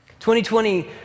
2020